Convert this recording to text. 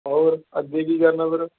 ਹੋਰ ਅੱਗੇ ਕੀ ਕਰਨਾ ਫਿਰ